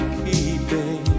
keeping